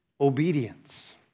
obedience